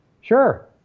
sure